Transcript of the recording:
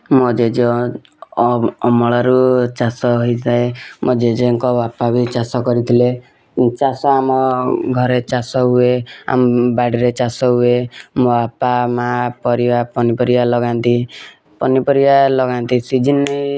ମୋ ଜେଜ ଅମଳରୁ ଚାଷ ହୋଇଥାଏ ମୋ ଜେଜେଙ୍କ ବାପା ବି ଚାଷ କରିଥିଲି ଚାଷ ଆମ ଘରେ ଚାଷ ହୁଏ ଆମ ବାଡ଼ିରେ ଚାଷ ହୁଏ ମୋ ବାପା ମାଁ ପରିବା ପନିପରିବା ଲଗାନ୍ତି ପନିପରିବା ଲଗାନ୍ତି ସିଜିନ୍